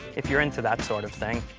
if you're into that sort of thing.